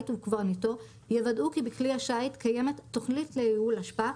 וקברניטו יוודאו כי בכלי השיט קיימת תכנית לניהול אשפה,